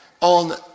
on